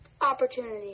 opportunity